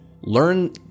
learn